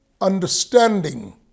understanding